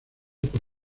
por